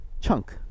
Chunk